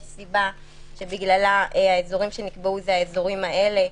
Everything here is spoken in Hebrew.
יש סיבה שבגללה האזורים שנקבעו הם האזורים האלה: